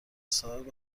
صاحب